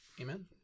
Amen